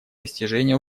достижения